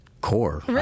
core